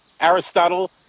Aristotle